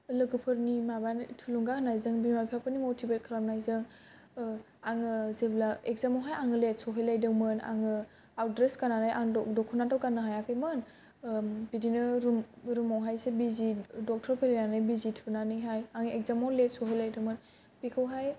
लोगोफोरनि माबा थुलुंगा होनाय जों बिमा बिफानि मथिबेट खालामनायजों आङो जेब्ला इगजामावहाय आंयो लेट सहैलायदोंमोन आङो आवट द्रेस गाननानै आङो दख'ना थ' गाननो हायाखैमोन बिदिनो रुम रुमाव हायसो बिजि दक्टर फैलायनानै बिजि थुनानै हाय आं इगजामाव लेट सहैलायदोंमोन बिखौ हाय